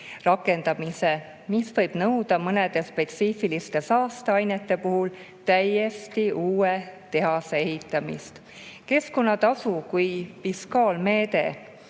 rakendamise abil, mis võib nõuda mõnede spetsiifiliste saasteainete puhul täiesti uue tehase ehitamist. Keskkonnatasu kui fiskaalmeede